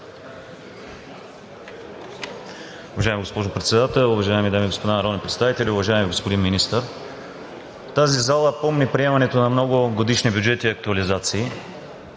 уважаема госпожо Председател. Уважаеми дами и господа народни представители! Уважаеми господин Министър, тази зала помни приемането на много годишни бюджети и актуализация